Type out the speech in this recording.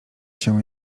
się